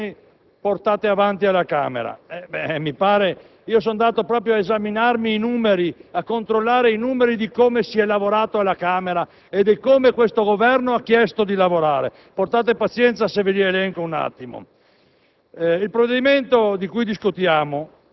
è stata colpa delle opposizioni portate avanti alla Camera. Sono andato ad esaminarmi i numeri per vedere come si è lavorato alla Camera e come questo Governo ha chiesto di lavorare. Portate pazienza se ve li elenco un attimo.